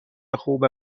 خوبه